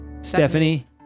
Stephanie